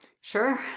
Sure